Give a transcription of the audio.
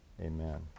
amen